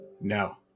No